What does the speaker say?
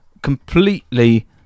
completely